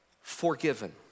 forgiven